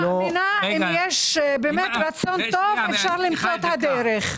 אם יש באמת רצון טוב אפשר למצוא את הדרך.